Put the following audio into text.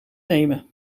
nemen